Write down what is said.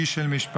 איש אל משפחתו,